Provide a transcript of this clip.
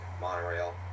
monorail